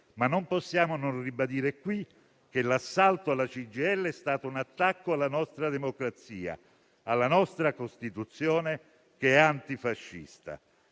ma non possiamo non ribadire qui che l'assalto alla CGIL è stato un attacco alla nostra democrazia e alla nostra Costituzione, che è antifascista.